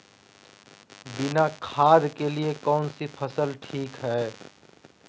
बिना खाद के लिए कौन सी फसल ठीक है?